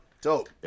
Dope